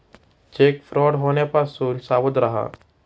check fraud होण्यापासून सावध रहा